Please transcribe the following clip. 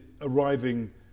arriving